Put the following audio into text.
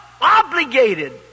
obligated